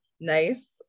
nice